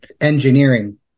engineering